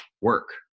work